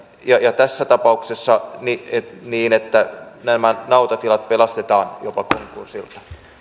ja ja tässä tapauksessa niin niin että nämä nautatilat pelastetaan jopa konkurssilta